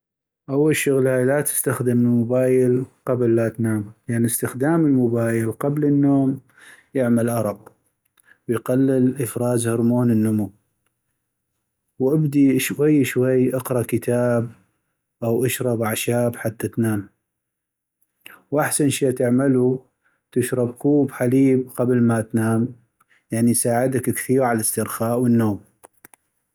اول شغلاي لاتستخدم الموبايل قبل لا تنام لأن استخدام الموبايل قبل النوم يعمل أرق ويقلل إفراز هرمون النمو ، وابدي شوي شوي اقرا كتاب او اشرب اعشاب حتى تنام ، وأحسن شي تعملو تشرب كوب حليب قبل ما تنام لأن يساعدك كثيغ عالاسترخاء والنوم